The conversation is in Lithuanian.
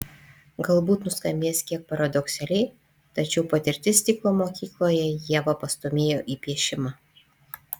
galbūt nuskambės kiek paradoksaliai tačiau patirtis stiklo mokykloje ievą pastūmėjo į piešimą